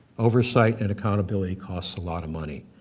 oversight and accountability costs a lot of money,